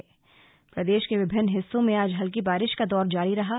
मौसम प्रदेश के विभिन्न हिस्सों में आज हल्की बारिश का दौर जारी है